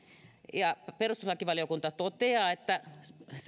ja perustuslakivaliokunta toteaa että